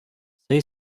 say